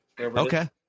Okay